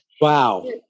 Wow